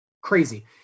crazy